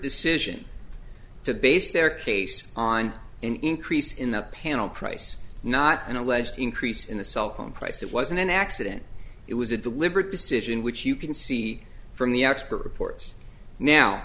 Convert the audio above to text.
decision to base their case on an increase in the panel price not an alleged increase in the cellphone price it wasn't an accident it was a deliberate decision which you can see from the expert reports now